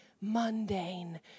mundane